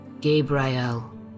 Gabriel